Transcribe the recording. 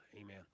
Amen